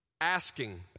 asking